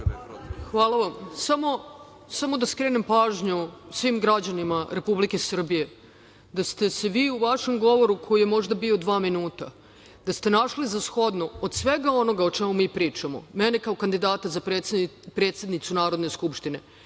Hvala vam. Samo da skrenem pažnju svim građanima Republike Srbije da ste se vi u vašem govoru, koji je možda bio dva minuta, da ste našli za shodno od svega onoga o čemu mi pričamo, mene kao kandidata za predsednicu Narodne skupštine,